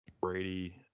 Brady